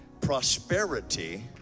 prosperity